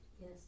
Yes